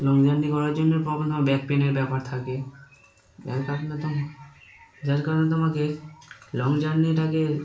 long journey করার জন্য problem তোমার ব্যাক পেনের ব্যাপার থাকে যার কারণে তোমার কারণে তোমাকে লং জার্নিটাকে